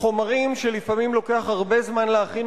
חומרים שלפעמים לוקח הרבה זמן להכין